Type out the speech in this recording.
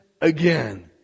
again